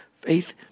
faith